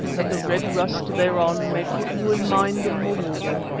that the red rust thereon may put you in mind of mavovo,